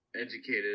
educated